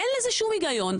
אין לזה שום היגיון.